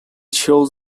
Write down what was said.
shows